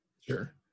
Sure